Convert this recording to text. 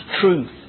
truth